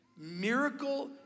miracle